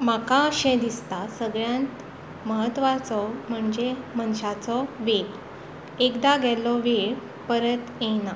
म्हाका अशें दिसता सगळ्यांत म्हत्वाचो म्हणजे मनशाचो वेळ एकदां गेल्लो वेळ परत येना